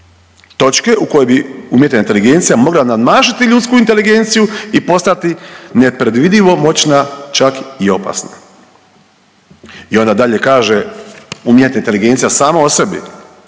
točke u kojoj bi umjetna inteligencija mogla nadmašiti ljudsku inteligenciju i postati nepredvidivo moćna, čak i opasna. I onda dalje kaže, umjetna inteligencija sama o sebi.